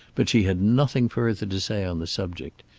but she had nothing further to say on the subject.